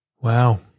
Wow